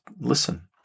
listen